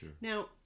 Now